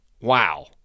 Wow